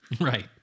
Right